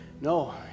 No